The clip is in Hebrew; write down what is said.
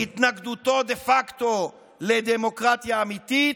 התנגדותו דה פקטו לדמוקרטיה אמיתית,